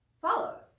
follows